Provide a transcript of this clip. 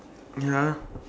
ya ah